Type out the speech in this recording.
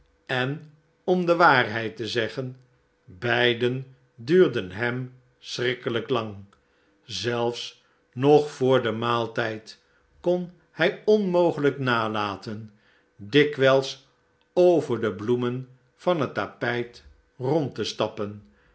en om de waarheid te zeggen beiden duurden hem schrikkelijk lang zelfs nog voor den maaltijd kon hij onmogelijk nalaten dikwijls over de bloemen van het tapijt rond te stappen